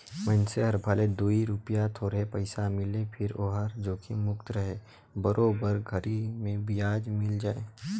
मइनसे हर भले दूई रूपिया थोरहे पइसा मिले फिर ओहर जोखिम मुक्त रहें बरोबर घरी मे बियाज मिल जाय